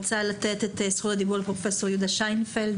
פרופ' יהודה שינפלד,